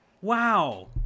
Wow